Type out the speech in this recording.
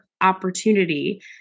opportunity